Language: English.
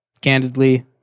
candidly